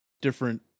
different